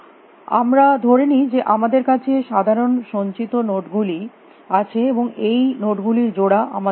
আমরা ধরে নি যে আমাদের কাছে সাধারণ সঞ্চিত নোড গুলি আছে এবং এই নোড গুলির জোড়া আমাদের কাছে নেই